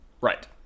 right